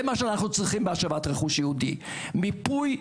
זה מה שאנחנו צריכים בהשבת רכוש יהודי: מיפוי,